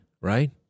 right